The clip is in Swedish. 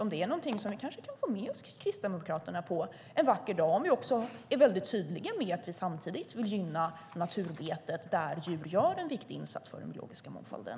Är det någonting som vi kanske kan få med oss Kristdemokraterna på en vacker dag, om vi också är väldigt tydliga med att vi samtidigt vill gynna naturbetet, där djur gör en viktig insats för den biologiska mångfalden?